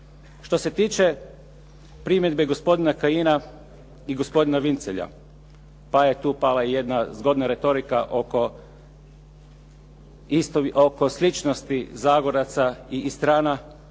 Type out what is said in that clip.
Što se tiče primjedbe gospodina Kajina i gospodina Vincelja, pa je tu pala i jedna zgodna retorika oko sličnosti Zagoraca i Istrana,